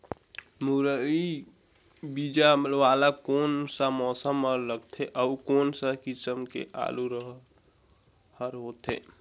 मुरई बीजा वाला कोन सा मौसम म लगथे अउ कोन सा किसम के आलू हर होथे?